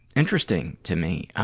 interesting to me.